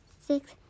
six